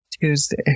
Tuesday